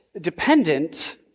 dependent